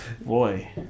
boy